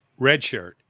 redshirt